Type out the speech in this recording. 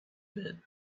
bit